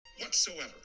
whatsoever